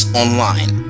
online